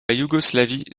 yougoslavie